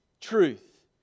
truth